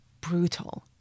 brutal